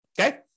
okay